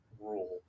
rule